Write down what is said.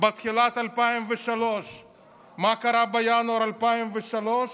בתחילת 2003. מה קרה בינואר 2003?